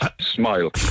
smile